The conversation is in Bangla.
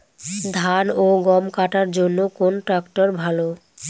ধান ও গম কাটার জন্য কোন ট্র্যাক্টর ভালো?